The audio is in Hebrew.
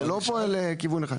זה לא פועל לכיוון אחד.